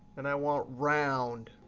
and i want round.